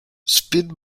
speed